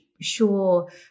sure